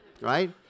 right